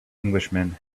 englishman